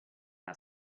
our